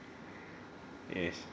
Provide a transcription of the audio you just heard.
yes